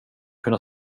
kunna